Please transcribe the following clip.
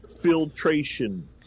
filtration